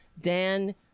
Dan